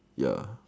ya